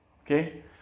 okay